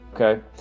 Okay